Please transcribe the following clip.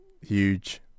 huge